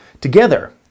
together